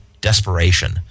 desperation